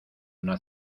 una